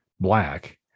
black